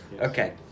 Okay